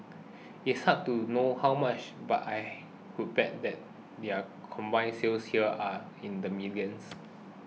it's hard to know how much but I would bet that their combined sales here are in the millions